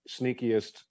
sneakiest